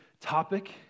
topic